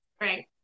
right